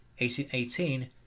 1818